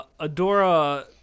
adora